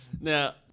Now